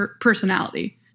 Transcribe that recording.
personality